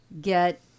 get